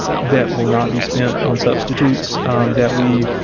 that will not be spent on substitutes that we